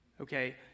Okay